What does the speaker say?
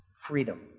freedom